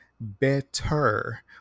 Better